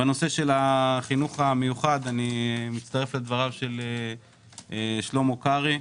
בנושא החינוך המיוחד אני מצטרף לדבריו של שלמה קרעי.